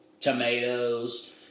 tomatoes